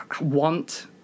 want